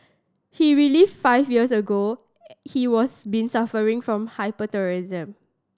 he five years ago he was been suffering from hyperthyroidism